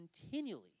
continually